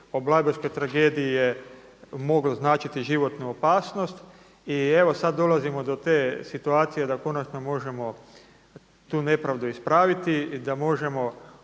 blajburškoj tragediji je moglo značiti životnu opasnost. I evo sada dolazimo do te situacije da konačno možemo tu nepravdu ispraviti i da možemo